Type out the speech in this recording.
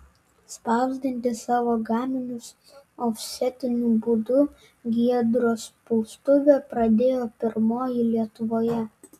spausdinti savo gaminius ofsetiniu būdu giedros spaustuvė pradėjo pirmoji lietuvoje